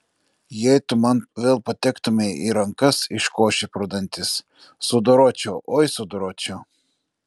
jei tu man vėl patektumei į rankas iškošė pro dantis sudoročiau oi sudoročiau